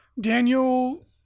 Daniel